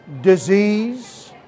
disease